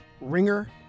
ringer